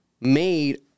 made